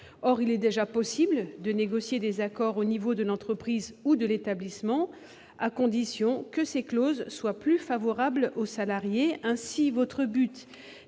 Or il est déjà possible de négocier des accords au niveau de l'entreprise ou de l'établissement, à condition qu'ils soient plus favorables aux salariés. Votre but,